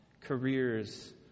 Careers